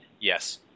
Yes